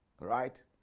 right